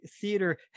Theater